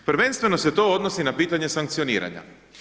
Prvenstveno se to odnosi na pitanje sankcioniranja.